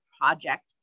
project